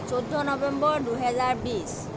চৈধ্য নৱেম্বৰ দুহেজাৰ বিশ